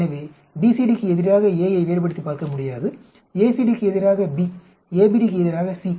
எனவே BCD க்கு எதிராக A ஐ வேறுபடுத்திப் பார்க்க முடியாது ACD க்கு எதிராக B ABD க்கு எதிராக C